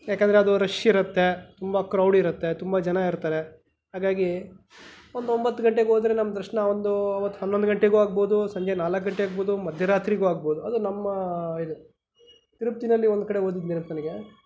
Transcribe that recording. ಯಾಕಂದರೆ ಅದು ರಶ್ ಇರುತ್ತೆ ತುಂಬ ಕ್ರೌಡ್ ಇರುತ್ತೆ ತುಂಬ ಜನ ಇರ್ತಾರೆ ಹಾಗಾಗಿ ಒಂದು ಒಂಬತ್ತು ಗಂಟೆಗೆ ಹೋದ್ರೆ ನಮ್ಮ ದರ್ಶನ ಒಂದು ಅವತ್ತು ಹನ್ನೊಂದು ಗಂಟೆಗೂ ಆಗ್ಬೋದು ಸಂಜೆ ನಾಲ್ಕು ಗಂಟೆ ಆಗ್ಬೋದು ಮಧ್ಯರಾತ್ರಿಗೂ ಆಗ್ಬೋದು ಅದು ನಮ್ಮ ಇದು ತಿರುಪತಿನಲ್ಲಿ ಒಂದು ಕಡೆ ಓದಿದ ನೆನ್ಪು ನನಗೆ